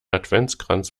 adventskranz